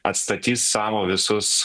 atstatys savo visus